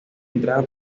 entrada